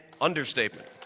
understatement